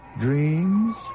dreams